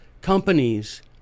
companies